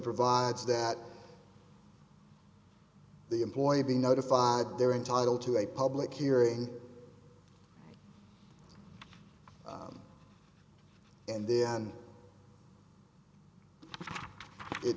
provides that the employee be notified they're entitled to a public hearing and then it